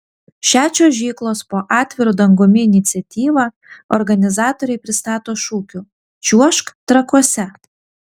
šią čiuožyklos po atviru dangumi iniciatyvą organizatoriai pristato šūkiu čiuožk trakuose